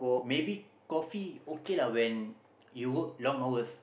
maybe coffee okay lah when you work long hours